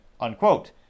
unquote